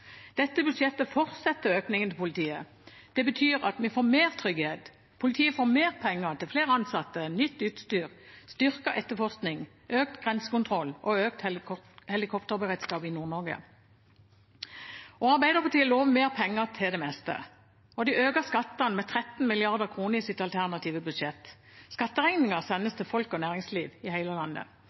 Dette budsjettet fortsetter økningen til politiet. Det betyr at vi får mer trygghet. Politiet får mer penger til flere ansatte, nytt utstyr, styrket etterforskning, økt grensekontroll og økt helikopterberedskap i Nord-Norge. Arbeiderpartiet lover mer penger til det meste, og de øker skattene med 13 mrd. kr i sitt alternative budsjett. Skatteregningen sendes til folk og næringsliv i hele landet.